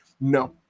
no